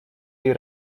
jej